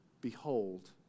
behold